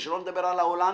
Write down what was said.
שלא נדבר על ההולנדים.